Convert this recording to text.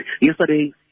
yesterday